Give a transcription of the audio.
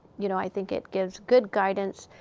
you know, i think it gives good guidance.